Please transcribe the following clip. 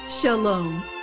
Shalom